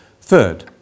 Third